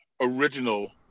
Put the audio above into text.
original